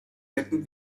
hätten